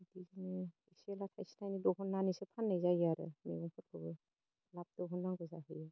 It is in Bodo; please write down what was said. इदिनो एसे थाइसे थाइनै दहननानैसो फाननाय जायो आरो मैगंफोरखौबो लाब दहननांगौ जाहैयो